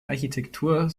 architektur